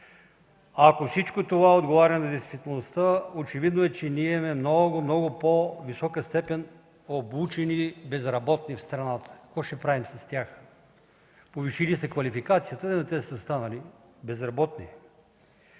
Ако всичко това отговаря на действителността, очевидно е, че ние имаме много, много по-висока степен обучени безработни в страната. Какво ще правим с тях? Повишили са квалификацията, но те са останали безработни.